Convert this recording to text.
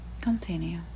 Continue